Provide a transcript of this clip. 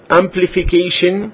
amplification